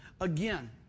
Again